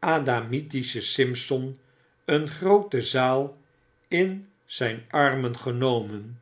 voor adamitische simson een groote zaal in zyn armen genomen